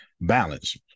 Balance